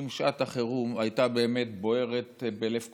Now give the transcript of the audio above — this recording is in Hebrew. אם שעת החירום הייתה באמת בוערת בלב כולם,